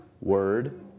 word